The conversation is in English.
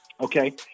Okay